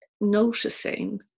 noticing